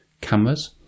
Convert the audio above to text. cameras